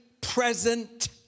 present